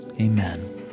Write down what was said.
amen